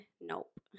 nope